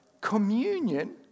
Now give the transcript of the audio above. communion